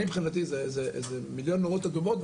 אני מבחינתי זה מיליון נורות אדומות,